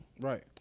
Right